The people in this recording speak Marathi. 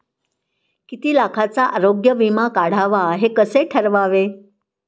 किती लाखाचा आरोग्य विमा काढावा हे कसे ठरवावे?